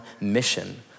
mission